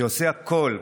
שעושה הכול,